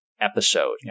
episode